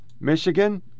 Michigan